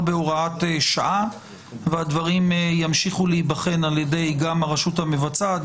בהוראת שעה והדברים ימשיכו להיבחן גם על ידי הרשות המבצעת,